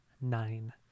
nine